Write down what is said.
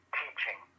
teaching